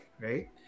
right